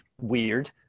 weird